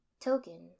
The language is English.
Token